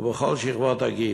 בכל שכבות הגיל.